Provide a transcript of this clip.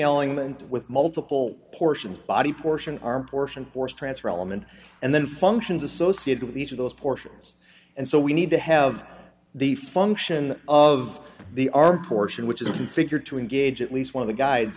element with multiple portions body portion are portion force transfer element and then functions associated with each of those portions and so we need to have the function of the arm portion which is configured to engage at least one of the guides